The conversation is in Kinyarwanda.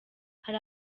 hari